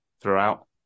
throughout